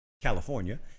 California